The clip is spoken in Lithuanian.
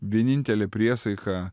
vienintelė priesaika